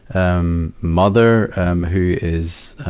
um, mother who is, ah,